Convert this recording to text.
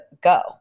go